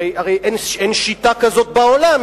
הרי אין שיטה כזאת בעולם,